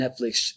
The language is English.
Netflix